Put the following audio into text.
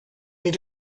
need